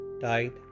tide